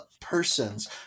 persons